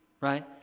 Right